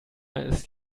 ist